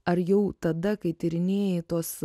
ar jau tada kai tyrinėjai tuos